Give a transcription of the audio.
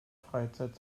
freizeit